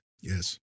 Yes